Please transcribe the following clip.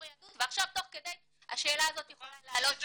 היהדות ועכשיו תוך כדי השאלה הזאת יכולה לעלות שוב,